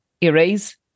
Erase